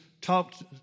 talked